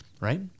right